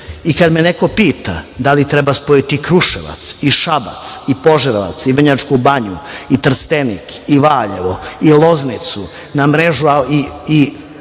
put. Kada me neko pita da li treba spojiti Kruševac i Šabac i Požarevac i Vrnjačku banju, i Trstenik, Valjevo, Loznicu, Rumu,